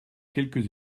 quelques